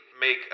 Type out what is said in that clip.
make